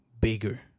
bigger